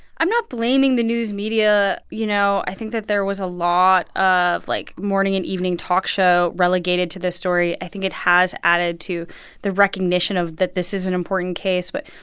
i'm not blaming the news media. you know, i think that there was a lot of, like, morning and evening talk show relegated to this story. i think it has added to the recognition of that this is an important case. but,